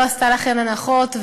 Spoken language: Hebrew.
לא עשתה לכן הנחות,